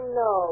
no